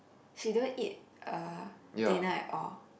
she don't eat uh dinner at all